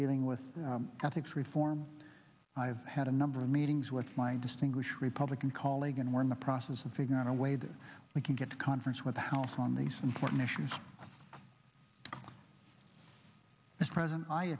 dealing with ethics reform i have had a number of meetings with my distinguished republican colleague and we're in the process of figuring out a way that we can get to conference with the house on these important issues this present i